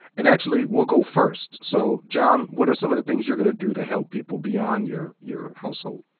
and actualy we'll go first. so john, what are some of the things you're gonna do to help people beyond your your household?